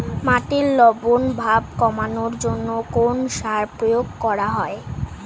মাটির লবণ ভাব কমানোর জন্য কোন সার প্রয়োগ করা হয়?